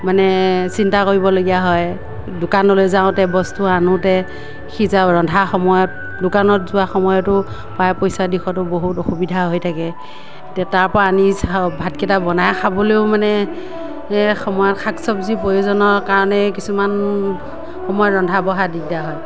মানে চিন্তা কৰিবলগীয়া হয় দোকানলৈ যাওঁতে বস্তু আনোঁতে সিজা ৰন্ধা সময়ত দোকানত যোৱা সময়তো পা পইচা দিশতো বহুত অসুবিধা হৈ থাকে এতিয়া তাৰপৰা আনি চা ভাকেইটা বনাই খাবলেও মানে শাক চব্জিৰ প্ৰয়োজনৰ কাৰণেই কিছুমান সময়ত ৰন্ধা বঢ়া দিগদাৰ হয়